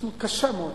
התרשמות קשה מאוד.